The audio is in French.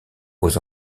aux